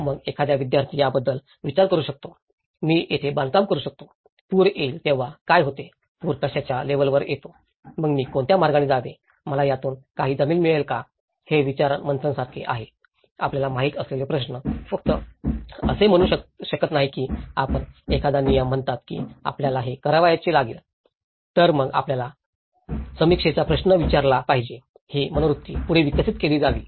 मग एखादा विद्यार्थी याबद्दल विचार करू शकतो मी येथे बांधकाम करू शकतो पूर येईल तेव्हा काय होते पूर कशाच्या लेवलवर येतो मग मी कोणत्या मार्गाने जावे मला यातून काही जमीन मिळेल का हे विचारमंथनासारखे आहेत आपल्याला माहित असलेले प्रश्न फक्त असे म्हणू शकत नाही की आपण एखादा नियम म्हणता की आपल्याला हे करावेच लागेल तर मग आपल्याला समीक्षेचा प्रश्न विचारला पाहिजे ही मनोवृत्ती पुढे विकसित केली जावी